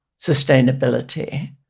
sustainability